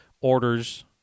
orders